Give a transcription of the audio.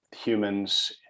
humans